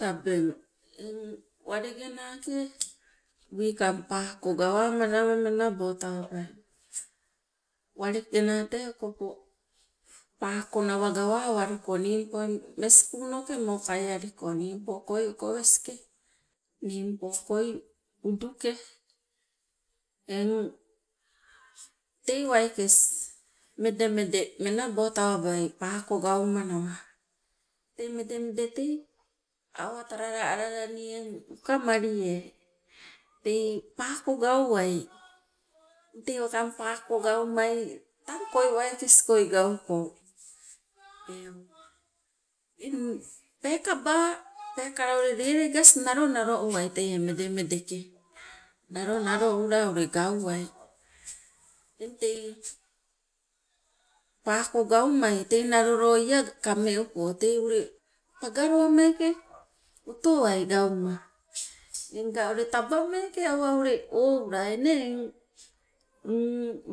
Tabeng eng walenge naake wikang paako gawamanawa menabo tawabai, waletena tee okopo paako nawa gawawaluko, niingpoi mes kuunoke mokai aliko, niingpo koi okoweske, niingpo koi uduke. Eng tei waikes medemede menabo tawabai paako gaumanawa, tei medemede tei awa talala alala nii eng ukamalie tei paako gauwai, tei wakang paako gaumai tang koi waikes koi gauko eu. Eng peekaba peekala ule lelegas nalonalo uwai teie medemede ke, nalonalo ula ule gauwai. Eng tei paako gaumai tei nalo loo lea kameuko tei pangaloo meeke otowai gauma, engka ule taba meeke awa ule oula eng nee eng